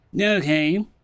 okay